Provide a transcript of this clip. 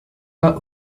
pas